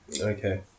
Okay